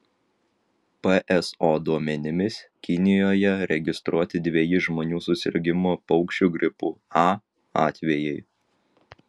pso duomenimis kinijoje registruoti dveji žmonių susirgimo paukščiu gripu a atvejai